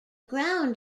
ground